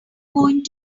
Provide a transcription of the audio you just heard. going